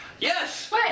Yes